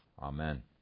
Amen